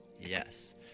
yes